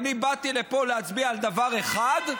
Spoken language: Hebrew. אני באתי לפה להצביע על דבר אחד,